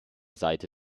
seite